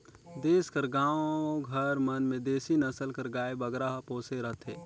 देस कर गाँव घर मन में देसी नसल कर गाय बगरा पोसे रहथें